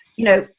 you know,